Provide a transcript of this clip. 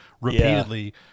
repeatedly